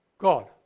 God